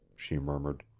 she murmured.